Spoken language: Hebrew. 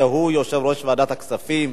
הוא יושב-ראש ועדת הכספים.